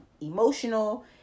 emotional